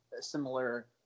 similar